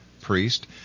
priest